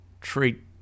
treat